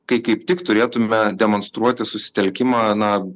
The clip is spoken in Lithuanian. kai kaip tik turėtumėme demonstruoti susitelkimą na